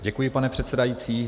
Děkuji, pane předsedající.